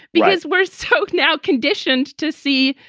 because we're so now conditioned to see,